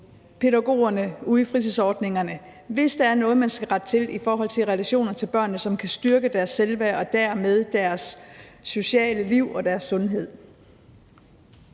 pædagogerne ude i fritidsordningerne, hvis der er noget, man skal rette til i forhold til relationer til børnene, som kan styrke deres selvværd og dermed deres sociale liv og deres sundhed.